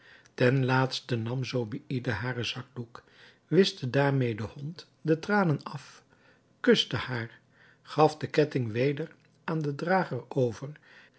ten laatste nam zobeïde haren zakdoek wischte daarmede de hond de tranen af kuste haar gaf de ketting weder aan den drager over